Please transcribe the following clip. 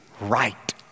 right